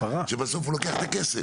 שבסוף הוא לוקח את הכסף.